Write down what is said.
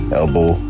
elbow